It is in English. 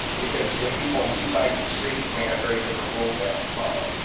because you have people on two sides of a street that may have very different rules they have to follow.